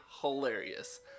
hilarious